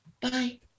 Bye